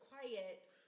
quiet